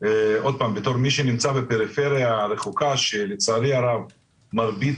עוד פעם בתור מי שנמצא בפריפריה הרחוקה שלצערי הרב מרבית